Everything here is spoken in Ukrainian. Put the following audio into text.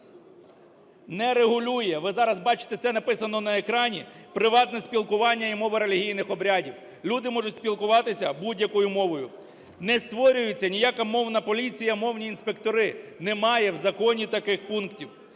не регулює (ви зараз бачите, це написано на екрані) приватне спілкування і мови релігійних обрядів. Люди можуть спілкуватися будь-якою мовою. Не створюється ніяка мовна поліція, мовні інспектори, немає в законі таких пунктів.